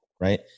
right